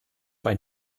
ein